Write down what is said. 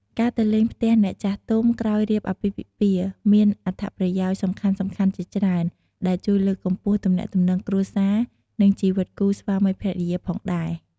ការទៅលេងផ្ទះអ្នកចាស់ទុំក្រោយរៀបអាពាហ៍ពិពាហ៍ មានអត្ថប្រយោជន៍សំខាន់ៗជាច្រើន ដែលជួយលើកកម្ពស់ទំនាក់ទំនងគ្រួសារនិងជីវិតគូ ស្វាមីភរិយាផងដែរ។